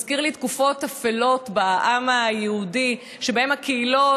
זה מזכיר לי תקופות אפלות בעם היהודי שבהן הקהילות